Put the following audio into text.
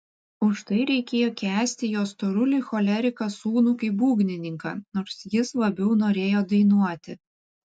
už tai reikėjo kęsti jo storulį choleriką sūnų kaip būgnininką nors jis labiau norėjo dainuoti